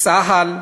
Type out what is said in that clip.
צה"ל,